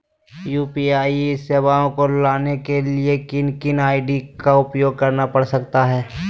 UPI सेवाएं को लाने के लिए किन किन आई.डी का उपयोग करना पड़ सकता है?